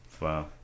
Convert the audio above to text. Wow